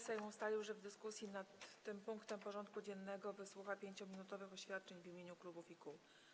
Sejm ustalił, że w dyskusji nad tym punktem porządku dziennego wysłucha 5-minutowych oświadczeń w imieniu klubów i kół.